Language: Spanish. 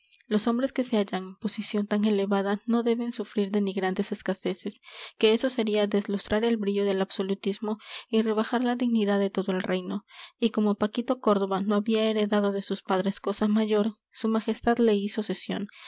los hombres que se hallan en posición tan elevada no deben sufrir denigrantes escaseces que eso sería deslustrar el brillo del absolutismo y rebajar la dignidad de todo el reino y como paquito córdoba no había heredado de sus padres cosa mayor su majestad le hizo cesión